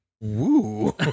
Woo